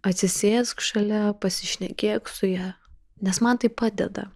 atsisėsk šalia pasišnekėk su ja nes man tai padeda